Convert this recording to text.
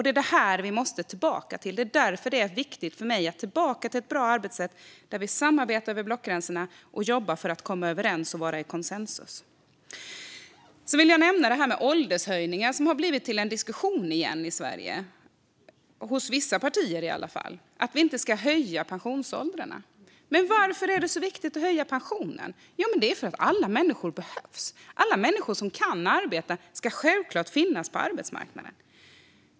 Detta måste vi tillbaka till. Det är därför det är viktigt för mig att gå tillbaka till ett bra arbetssätt där vi samarbetar över blockgränserna och jobbar för att komma överens och få en rådande konsensus. Jag vill nämna frågan om åldershöjningar, som har blivit en diskussionspunkt igen i Sverige, i varje fall hos vissa partier. Det handlar om att inte höja pensionsåldrarna. Men varför är det så viktigt att höja pensionsåldern? Jo, det är för att alla människor behövs. Alla människor som kan arbeta ska självklart finnas på arbetsmarknaden.